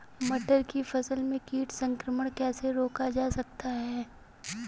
मटर की फसल में कीट संक्रमण कैसे रोका जा सकता है?